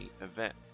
event